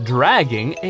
Dragging